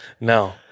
no